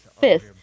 Fifth